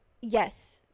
Yes